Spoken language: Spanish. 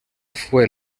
fue